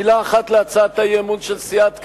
מלה אחת על הצעת האי-אמון של סיעת קדימה.